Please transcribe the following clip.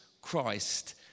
Christ